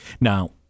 Now